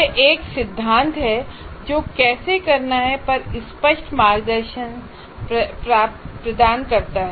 यह एक सिद्धांत है जो कैसे करना है पर स्पष्ट मार्गदर्शन प्रदान करता है